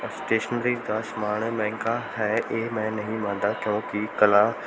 stationery ਦਾ ਸਮਾਨ ਮਹਿੰਗਾ ਹੈ ਇਹ ਮੈਂ ਨਹੀਂ ਮੰਨਦਾ ਕਿਉਂਕਿ ਕਲਾ